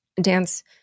dance